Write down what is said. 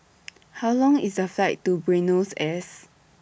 How Long IS The Flight to Buenos Aires